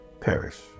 perish